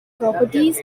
properties